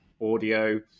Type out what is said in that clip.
audio